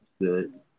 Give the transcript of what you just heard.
good